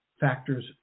factors